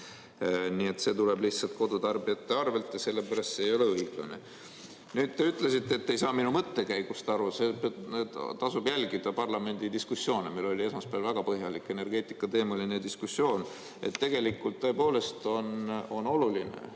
Nii et see tuleb lihtsalt kodutarbijate arvel ja sellepärast ei ole see õiglane. Te ütlesite, et te ei saa minu mõttekäigust aru. Tasub jälgida parlamendi diskussioone, meil oli esmaspäeval väga põhjalik energeetikateemaline diskussioon. Tõepoolest on oluline